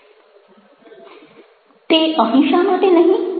તે અહીં શા માટે નહિ